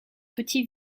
petit